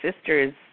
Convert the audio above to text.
sisters